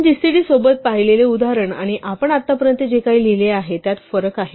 आपण जीसीडी सोबत पाहिलेले उदाहरण आणि आपण आतापर्यंत जे काही लिहिले आहे त्यात फरक आहे